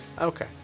Okay